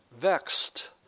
vexed